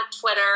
Twitter